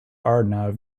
arnav